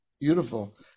beautiful